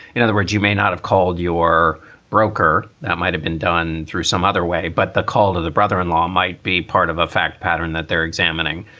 in other words, you may not have called your broker. that might have been done through some other way, but the call to the brother in law might be part of a fact pattern that they're examining.